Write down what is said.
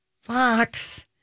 Fox